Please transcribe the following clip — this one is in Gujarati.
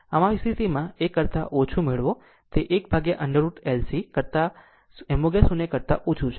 આમ આ સ્થિતિમાંથી 1 1 કરતા ઓછું મેળવો તે 1 √ L C કરતા √ 1 ઓછો છે જે ω0 કરતા ઓછો છે